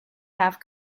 have